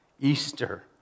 Easter